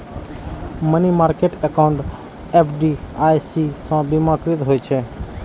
money market account FDIC सं बीमाकृत होइ छै